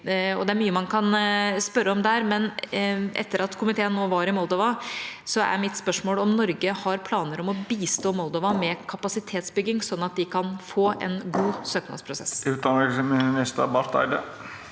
Det er mye man kan spørre om der, men etter at komiteen var i Moldova, er mitt spørsmål om Norge har planer om å bistå Moldova med kapasitetsbygging, sånn at de kan få en god søknadsprosess. Utenriksminister Espen